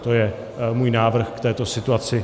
To je můj návrh k této situaci.